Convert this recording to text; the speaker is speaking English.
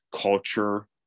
culture